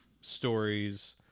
stories